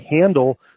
handle